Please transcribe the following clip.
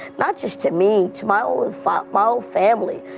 not just to me, to my whole ah my whole family.